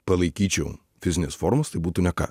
palaikyčiau fizinės formos tai būtų ne ką